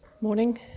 Morning